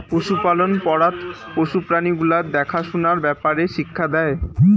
পশুপালন পড়াত পশু প্রাণী গুলার দ্যাখা সুনার ব্যাপারে শিক্ষা দেই